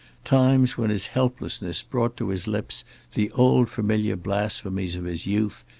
times when his helplessness brought to his lips the old familiar blasphemies of his youth,